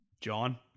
John